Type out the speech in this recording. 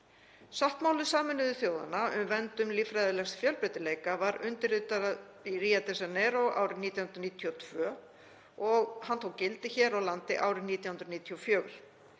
Sáttmáli Sameinuðu þjóðanna um verndun líffræðilegs fjölbreytileika var undirritaður í Rio de Janeiro árið 1992 og hann tók gildi hér á landi árið 1994.